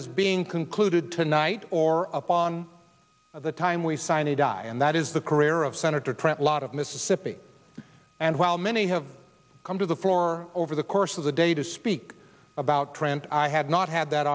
is being concluded tonight or upon the time we sign a die and that is the career of senator trent lott of mississippi and while many have come to the floor over the course of the day to speak about trent i had not had that